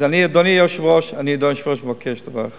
אדוני היושב-ראש, אני מבקש דבר אחד,